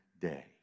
day